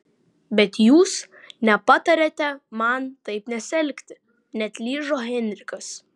bet jūs nepatariate man taip nesielgti neatlyžo henrikas